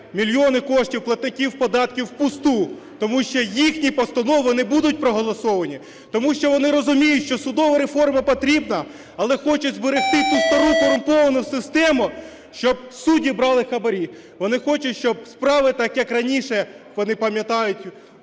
мільйони коштів платників податків впусту. Тому що їхні постанови не будуть проголосовані. Тому що вони розуміють, що судова реформа потрібна, але хочуть зберегти ту стару корумповану систему, щоб судді брали хабарі. Вони хочуть, щоб справи так, як раніше, вони пам'ятають,